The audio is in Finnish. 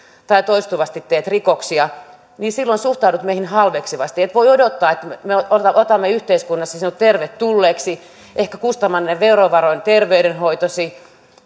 tai toistuvasti teet rikoksia niin silloin suhtaudut meihin halveksivasti et voi odottaa että me otamme yhteiskunnassa sinut tervetulleeksi ehkä kustannamme verovaroin terveydenhoitosi